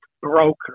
broker